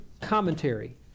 commentary